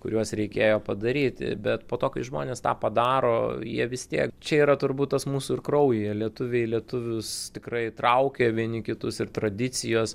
kuriuos reikėjo padaryti bet po to kai žmonės tą padaro jie vis tiek čia yra turbūt tas mūsų ir kraujyje lietuviai lietuvius tikrai traukia vieni kitus ir tradicijos